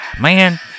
man